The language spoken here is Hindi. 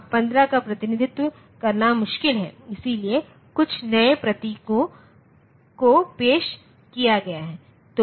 अब 15 का प्रतिनिधित्व करना मुश्किल है इसलिए कुछ नए प्रतीकों को पेश किया गया है